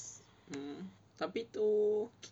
mm tapi tu